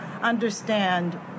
understand